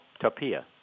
Tapia